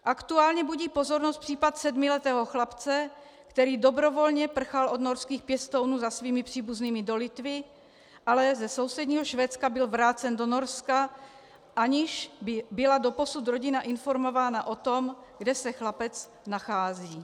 Aktuálně budí pozornost případ sedmiletého chlapce, který dobrovolně prchal od norských pěstounů za svými příbuznými do Litvy, ale ze sousedního Švédska byl vrácen do Norska, aniž by byla doposud rodina informována o tom, kde se chlapec nachází.